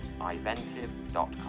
Iventive.com